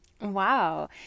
Wow